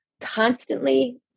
constantly